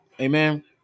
Amen